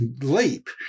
leap